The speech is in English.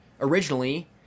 originally